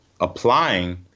applying